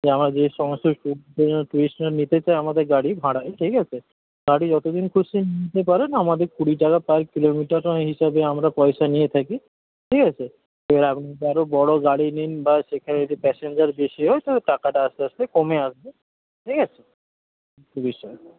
যে আমার যে সমস্ত সুইফ্ট ডিজায়ার ট্যুরিস্টরা নিতে চায় আমাদের গাড়ি ভাড়ায় ঠিক আছে তারা যতদিন খুশি নিতে পারেন আমাদের কুড়ি টাকা পার কিলোমিটার হিসাবে আমরা পয়সা নিয়ে থাকি ঠিক আছে এবার আপনি আরো বড়ো গাড়ি নিন বা সেখানে যদি প্যাসেঞ্জার বেশি হয় তাহলে টাকাটা আস্তে আস্তে কমে আসবে ঠিক আছে তিরিশ টাকা